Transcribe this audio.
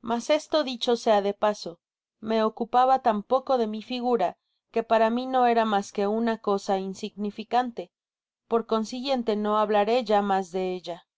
mas esto sea dicho de paso me ocupaba tan poco de mi figura que para mi no era mas que una cosa insignificante por consiguiente no hablaré ya mas de ella